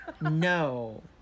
No